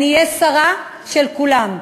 אני אהיה שרה של כולם.